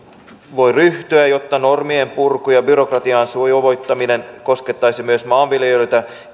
voi ryhtyä jotta normien purku ja byrokratian sujuvoittaminen koskettaisi myös maanviljelijöitä